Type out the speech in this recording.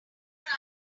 that